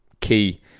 key